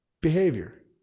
behavior